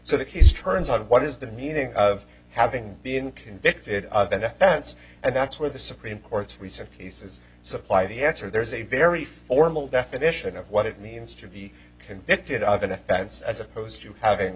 so the case turns on what is the meaning of having been convicted of an offense and that's where the supreme court's recent cases supply the answer there's a very formal definition of what it means to be convicted of an offense as opposed to having